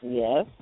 yes